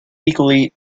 equally